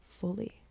fully